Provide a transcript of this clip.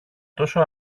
τόσο